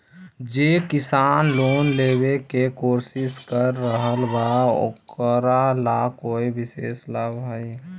जे किसान लोन लेवे के कोशिश कर रहल बा ओकरा ला कोई विशेष लाभ हई?